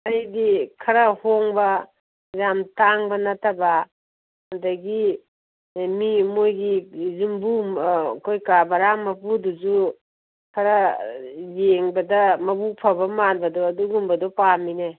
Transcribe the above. ꯑꯩꯗꯤ ꯈꯔ ꯍꯣꯡꯕ ꯌꯥꯝ ꯇꯥꯡꯕ ꯅꯠꯇꯕ ꯑꯗꯒꯤ ꯃꯤ ꯃꯣꯏꯒꯤ ꯌꯨꯝꯕꯨ ꯑꯩꯈꯣꯏ ꯀꯥ ꯕꯔꯥ ꯃꯄꯨꯗꯨꯁꯨ ꯈꯔ ꯌꯦꯡꯕꯗ ꯃꯕꯨꯛ ꯐꯕ ꯃꯥꯟꯕꯗꯣ ꯑꯗꯨꯒꯨꯝꯕꯗꯣ ꯄꯥꯝꯃꯤꯅꯦ